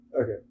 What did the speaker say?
Okay